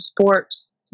sports